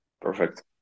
Perfect